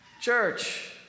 Church